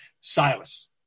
Silas